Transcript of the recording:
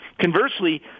conversely